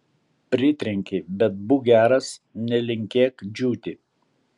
pritrenkei bet būk geras nelinkėk džiūti